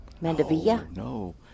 No